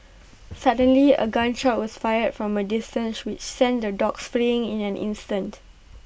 suddenly A gun shot was fired from A distance which sent the dogs fleeing in an instant